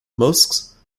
mosques